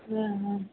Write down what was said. ஆ ஆ